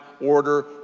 order